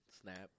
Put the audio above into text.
snap